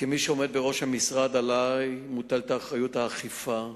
כמי שעומד בראש המשרד, עלי מוטלת אחריות האכיפה.